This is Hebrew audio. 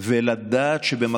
ולא אושרה עדיין הקרן,